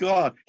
God